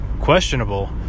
questionable